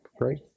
great